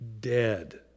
Dead